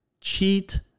cheat